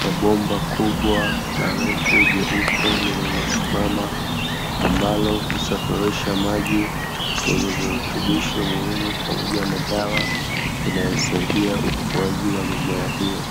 ya bomba kubwa na refu jeupe, lililosimama, ambalo husafirisha maji yenye virutubisho muhimu pamoja na dawa inayosaidia ukuaji wa mimea hiyo.